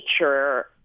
nature